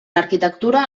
arquitectura